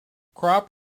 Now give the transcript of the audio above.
crop